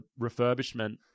refurbishment